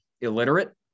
illiterate